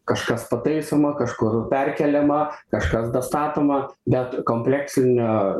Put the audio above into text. kažkas pataisoma kažkur perkeliama kažkas dastatoma bet kompleksinio